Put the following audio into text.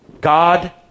God